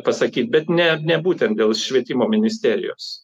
pasakyt bet ne ne būtent dėl švietimo ministerijos